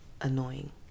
annoying